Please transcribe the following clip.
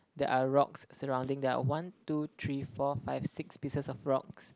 there are rocks surrounding there one two three four five six pieces of rocks